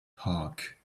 park